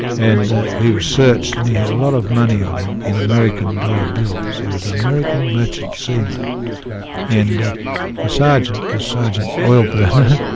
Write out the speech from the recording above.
and he was searched, and he had a lot of money on him in american dollar bills. he was an american merchant seaman and the sergeant, this sergeant oilburner,